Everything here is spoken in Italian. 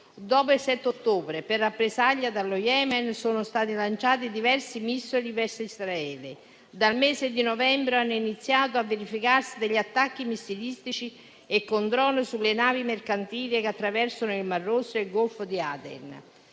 Dopo il 7 ottobre, per rappresaglia, dallo Yemen sono stati lanciati diversi missili verso Israele. Dal mese di novembre hanno iniziato a verificarsi degli attacchi missilistici e controlli sulle navi mercantili che attraversano il Mar Rosso e il Golfo di Aden.